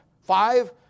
Five